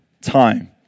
time